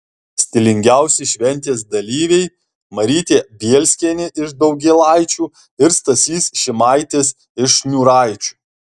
stilingiausi šventės dalyviai marytė bielskienė iš daugėlaičių ir stasys šimaitis iš šniūraičių